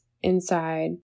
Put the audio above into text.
inside